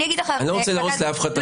אני לא רוצה להרוס לאף אחד את החיים.